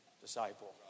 Disciple